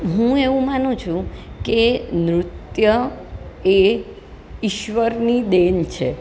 હું એવું માનું છું કે નૃત્ય એ ઈશ્વરની દેન છે